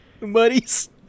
Muddies